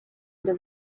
their